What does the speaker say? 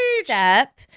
step –